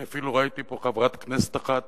ואני אפילו ראיתי פה חברת כנסת אחת